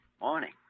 morning